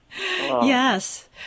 Yes